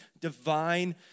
divine